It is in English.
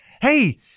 hey